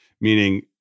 meaning